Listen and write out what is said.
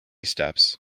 steps